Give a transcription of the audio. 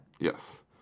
Yes